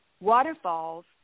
waterfalls